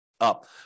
Up